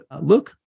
look